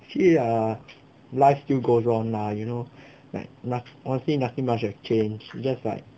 actually ah life still goes on lah you know like noth~wanting nothing much has change is just like